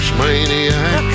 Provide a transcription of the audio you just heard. maniac